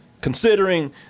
considering